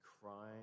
Crying